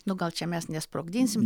nu gal čia mes nesprogdinsim